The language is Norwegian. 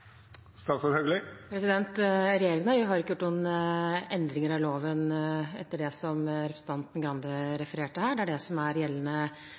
har ikke gjort noen endringer av loven etter at det som representanten Grande refererte her, ble skrevet. Det er dette som er gjeldende